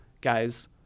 guys